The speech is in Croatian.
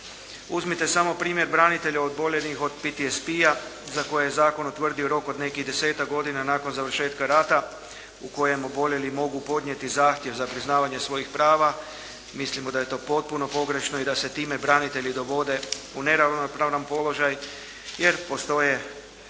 Uzmite samo primjer branitelja oboljelih od PTSP-a za koje je zakon utvrdio rok od nekih desetak godina nakon završetka rata u kojem oboljeli mogu podnijeti zahtjev za priznavanje svojih prava. Mislimo da je to potpuno pogrešno i da se time branitelji dovode u neravnopravan položaj jer postoje